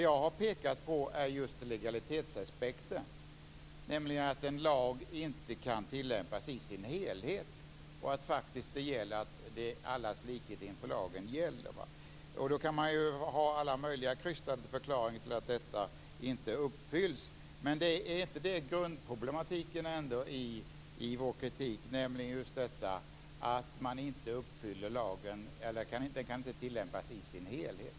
Jag har pekat på just legalitetsaspekten, nämligen att en lag inte kan tillämpas i sin helhet - allas likhet inför lagen gäller. Det kan finnas alla möjliga krystade förklaringar till att detta inte uppfylls. Grundproblemet i vår kritik är att lagen inte kan tillämpas i sin helhet.